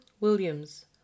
Williams